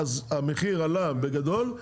אז המחיר עלה בגדול,